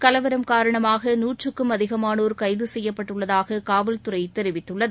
கலவரம் காரணமாக நூற்றக்கும் அதிகமானோா் கைது செய்யப்பட்டுள்ளதாக காவல்துறை தெரிவித்துள்ளது